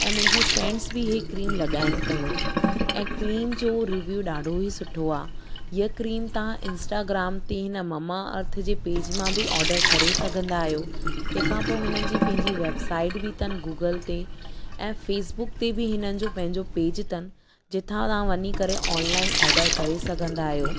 ऐं मुंहिंजी फ्रैंडस बि इहे क्रीम लॻाइनि पियूं ऐं क्रीम जो रिव्यु ॾाढो ई सुठो आहे इहा क्रीम तव्हां इंस्टाग्राम ते न ममा अर्थ जे पेज मां बि ऑडर करे सघंदा आहियो तंहिंखां पोइ हिनजी पंहिंजी वैबसाइट बि अथनि गूगल ते ऐं फेसबुक ते बि हिननि जो पंहिंजो पेज अथनि जितां तव्हां वञी करे ऑनलाइन ऑडर करे सघंदा आहियो